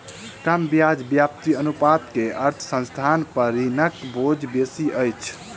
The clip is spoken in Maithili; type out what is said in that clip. कम ब्याज व्याप्ति अनुपात के अर्थ संस्थान पर ऋणक बोझ बेसी अछि